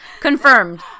Confirmed